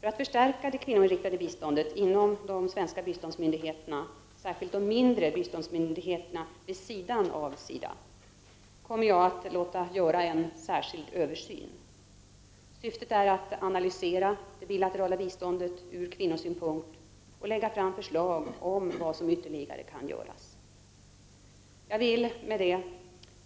För att förstärka det kvinnoinriktade biståndet inom de svenska biståndsmyndigheterna — särskilt de mindre biståndsmyndigheterna vid sidan av SIDA - kommer jag att låta göra en särskild översyn. Syftet är att analysera det bilaterala biståndet ur kvinnosynpunkt och lägga fram förslag om vad som ytterligare kan göras. Jag vill med detta